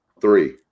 Three